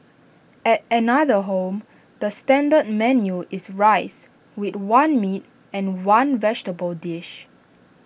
at another home the standard menu is rice with one meat and one vegetable dish